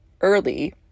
early